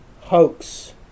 hoax